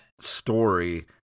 story